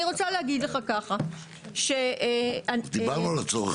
אני רוצה להגיד לך ככה --- דיברנו על הצורך